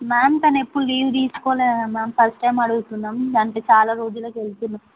ma'am తన ఎప్పుడు leave తీసుకోలేదుగా మ్యామ్ ఫస్ట్ టైమ్ అడుగుతున్నాం అంటే చాలా రోజులకి వెళ్తున్నాం